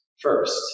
first